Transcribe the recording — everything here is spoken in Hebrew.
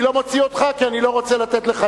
אני לא מוציא אותך כי אני לא רוצה לתת לך